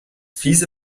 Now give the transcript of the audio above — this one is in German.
fiese